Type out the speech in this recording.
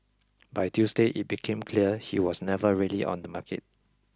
by Tuesday it became clear he was never really on the market